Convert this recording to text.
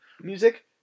music